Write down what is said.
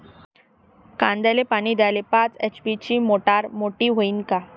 कांद्याले पानी द्याले पाच एच.पी ची मोटार मोटी व्हईन का?